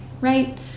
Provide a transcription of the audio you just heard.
right